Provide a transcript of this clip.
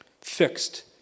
fixed